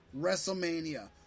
Wrestlemania